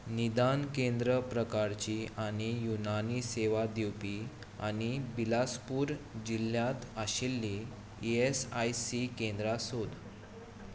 निदान केंद्र प्रकारचीं आनी युनानी सेवा दिवपी आनी बिलासपूर जिल्ल्यांत आशिल्लीं ईएसआयसी केंद्रां सोद